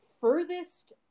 furthest